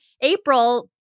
April